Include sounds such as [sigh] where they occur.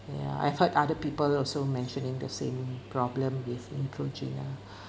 ya I've heard other people also mentioned in the same problem with neutrogena [breath]